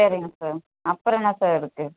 சரிங்க சார் அப்புறம் என்ன சார் இருக்குது